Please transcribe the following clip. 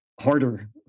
harder